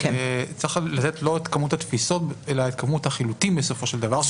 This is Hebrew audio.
צריך לתת לא את כמות התפיסות אלא את כמות החילוטים בסופו של דבר.